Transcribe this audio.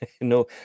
no